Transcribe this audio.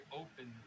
open